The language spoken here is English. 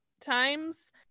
times